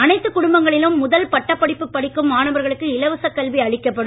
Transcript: அனைத்து குடும்பங்களிலும் முதல் பட்ட படிப்பு படிக்கும் மாணவர்களுக்கு இலவச கல்வி அளிக்கப்படும்